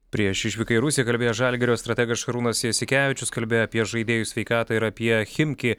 prieš išvyką į rusiją kalbėjo žalgirio strategas šarūnas jasikevičius kalbėjo apie žaidėjų sveikatą ir apie chimki